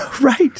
Right